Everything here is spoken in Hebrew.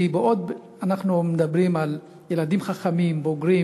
ועוד אנחנו מדברים על ילדים חכמים ובוגרים.